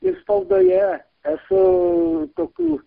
ir spaudoje esu tokių